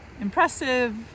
impressive